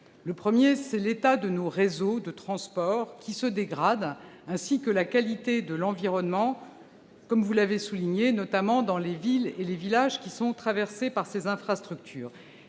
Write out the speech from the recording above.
Je songe à l'état de nos réseaux de transports, qui se dégrade, ainsi qu'à la qualité de l'environnement, notamment- vous l'avez souligné -dans les villes et les villages traversés par ces infrastructures.